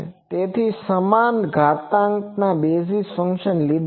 તેથી સમાન ઘાતાંકના બેઝીસ ફંક્શન લીધા છે